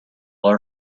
our